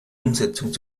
umsetzung